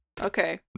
Okay